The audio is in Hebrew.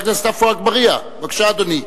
עפו אגבאריה, בבקשה, אדוני.